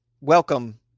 welcome